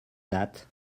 that